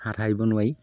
হাত সাৰিব নোৱাৰি